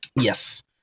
Yes